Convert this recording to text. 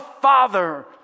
Father